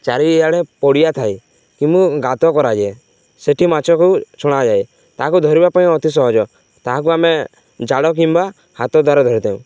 ଚାରିଆଡ଼େ ପଡ଼ିଆ ଥାଏ ଗାତ କରାଯାଏ ସେଇଠି ମାଛକୁ ଛଡ଼ାଯାଏ ତାହାକୁ ଧରିବା ପାଇଁ ଅତି ସହଜ ତାହାକୁ ଆମେ ଜାଲ କିମ୍ବା ହାତ ଦ୍ୱାରା ଧରିଥାଉ